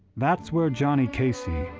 that's where johnny casey,